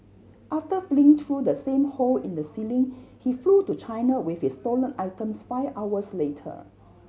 after fleeing through the same hole in the ceiling he flew to China with his stolen items five hours later